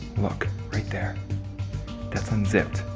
look, right there that's unzipped